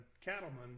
cattlemen